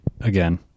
again